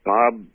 Bob